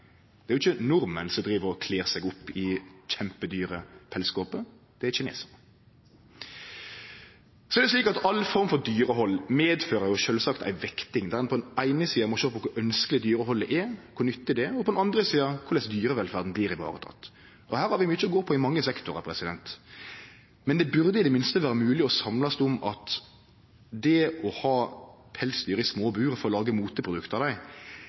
Det er ikkje nordmenn som driv og kler seg opp i kjempedyre pelskåper, det er kinesarar. Alle former for dyrehald medfører sjølvsagt ei vekting, der ein på den eine sida må sjå på kor ønskjeleg og nyttig dyrehaldet er, og på den andre sida korleis dyrevelferda blir vareteken. Her har vi mykje å gå på i mange sektorar. Men det burde i det minste vere mogleg å samla seg om at det å ha pelsdyr i små bur for å lage moteprodukt av dei